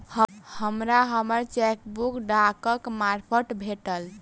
हमरा हम्मर चेकबुक डाकक मार्फत भेटल